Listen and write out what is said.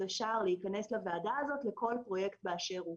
השער להיכנס לוועדה הזאת לכל פרויקט באשר הוא.